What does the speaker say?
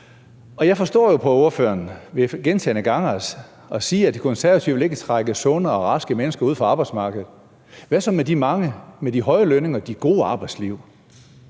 Jeg forstår jo på ordføreren, som gentagne gange siger det, at De Konservative ikke vil trække sunde og raske mennesker ud af arbejdsmarkedet. Hvad så med de mange med de høje lønninger og de gode arbejdsliv,